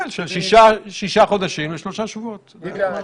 אני מעריכה שעד סוף השבוע זה יהיה מוכן.